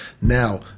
now